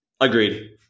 Agreed